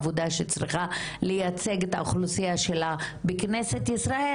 עבודה שצריכה לייצג את האוכלוסייה שלה בכנסת ישראל,